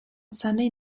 sunday